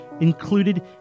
included